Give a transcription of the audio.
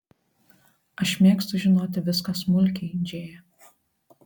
aš mėgstu žinoti viską smulkiai džėja